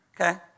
Okay